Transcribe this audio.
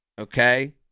okay